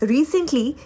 Recently